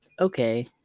Okay